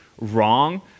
wrong